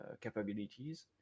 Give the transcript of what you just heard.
capabilities